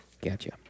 Gotcha